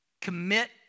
commit